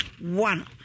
one